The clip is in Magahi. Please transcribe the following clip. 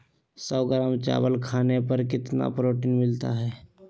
सौ ग्राम चावल खाने पर कितना प्रोटीन मिलना हैय?